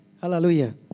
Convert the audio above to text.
Hallelujah